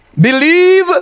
Believe